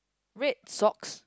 red socks